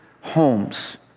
homes